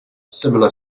similar